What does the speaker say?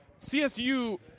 CSU